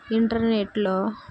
ఇంటర్నెట్లో